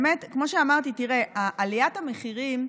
כמו שאמרתי, תראה, עליית המחירים,